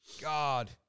god